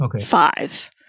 five